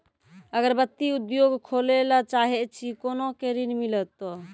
अगरबत्ती उद्योग खोले ला चाहे छी कोना के ऋण मिलत?